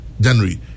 January